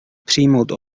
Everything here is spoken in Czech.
přijmout